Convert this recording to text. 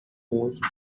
most